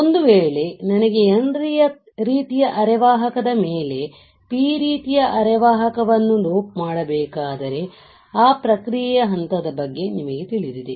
ಒಂದು ವೇಳೆ ನನಗೆ ರೀತಿಯ ಅರೆವಾಹಕದ ಮೇಲೆ P ರೀತಿಯ ಅರೆವಾಹಕವನ್ನು ಡೋಪ್ ಮಾಡಬೇಕಾದರೆ ಆ ಪ್ರಕ್ರಿಯೆಯ ಹಂತದ ಬಗ್ಗೆ ನಿಮಗೆ ತಿಳಿದಿದೆ